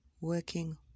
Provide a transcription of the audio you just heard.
working